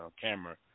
camera